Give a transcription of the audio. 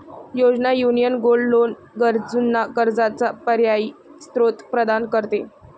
योजना, union gold loan गरजूंना कर्जाचा पर्यायी स्त्रोत प्रदान करते